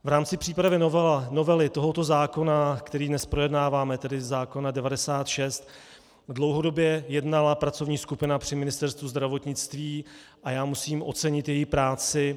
V rámci přípravy novely tohoto zákona, který dnes projednáváme, tedy zákona 96 , dlouhodobě jednala pracovní skupina při Ministerstvu zdravotnictví a já musím ocenit její práci.